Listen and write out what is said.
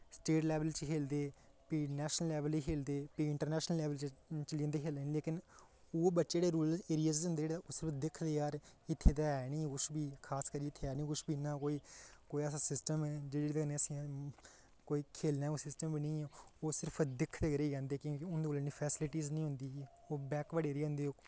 state level च खेलदे फ्ही नैशनल लैवल च खेतदे फ्ही इन्ट्रनैशनल लैवल च चली जंदे खेलनें गी लेकिन उऐ बच्चे जेह्ड़े रूरल ऐरिया च होंदे ओह् दिक्खदे जार इत्थें ते है नी इन्ना खास करियै कुश बी कोई ऐसा सिस्टम ऐ जिस नै असेंगी कोई खेलने आह्ला सिस्टम गै नी ऐ ओह् दिखदे गै रेही जंदे क्योंकि उंदे कल इन्नी फैसलिटी नी होंदी ओह् बैकबर्ड़ एरिया होंदे